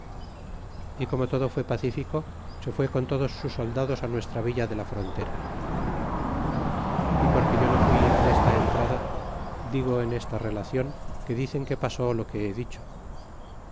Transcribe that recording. y como todo fue pacifico se fue con todos sus soldados fi nuestra villa de la frontera y porque yo no fui en esta entrada digo en esta relacion que dicen que pasó lo que he dicho